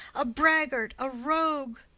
a braggart, a rogue,